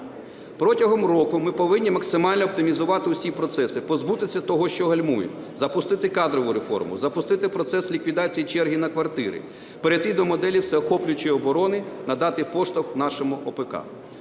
Протягом року ми повинні максимально оптимізувати усі процеси, позбутися того, що гальмує, запустити кадрову реформу, запустити процес ліквідації черги на квартири, перейти до моделі всеохоплюючої оборони, надати поштовх нашому ОПК,